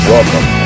Welcome